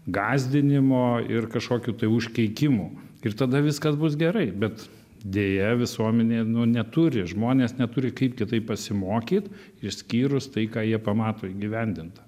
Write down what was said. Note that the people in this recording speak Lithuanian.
gąsdinimo ir kažkokių tai užkeikimų ir tada viskas bus gerai bet deja visuomenė neturi žmonės neturi kaip kitaip pasimokyt išskyrus tai ką jie pamato įgyvendintą